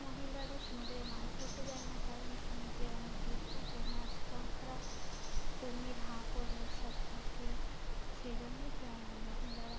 মহিলারা সমুদ্রে মাছ ধরতে যায় না কারণ সমুদ্রে অনেক ডিপ থাকে মাছ কাঁকড়া কুমির হাঙর এসব থাকে সেই জন্য যায় না মহিলারা